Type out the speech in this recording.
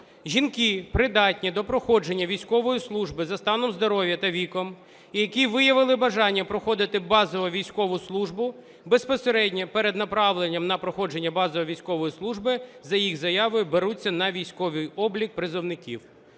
"Жінки, придатні до проходження військової служби за станом здоров'я та віком і які виявили бажання проходити базову військову службу, безпосередньо перед направленням на проходження базової військової служби за їх заявою беруться на військовий облік призовників".